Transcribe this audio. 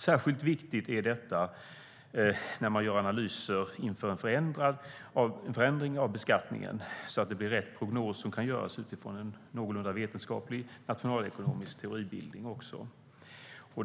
Särskilt viktigt är detta när man gör analyser inför en förändring av beskattningen så att rätt prognos kan göras utifrån en någorlunda vetenskaplig nationalekonomisk teoribildning.